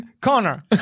Connor